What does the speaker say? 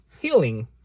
healing